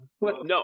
No